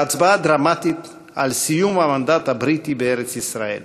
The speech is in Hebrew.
בהצבעה דרמטית, על סיום המנדט הבריטי בארץ-ישראל.